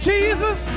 Jesus